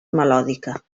melòdica